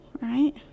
right